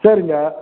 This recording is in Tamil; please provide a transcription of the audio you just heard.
சரிங்க